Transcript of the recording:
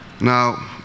now